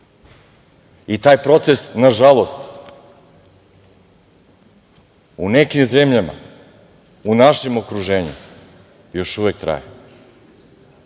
I taj proces, nažalost, u nekim zemljama u našem okruženju još uvek traje.